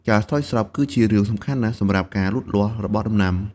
ការស្រោចស្រពគឺជារឿងសំខាន់ណាស់សម្រាប់ការលូតលាស់របស់ដំណាំ។